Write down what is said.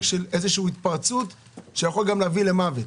של התפרצות כלשהי שיכולה גם להביא למוות.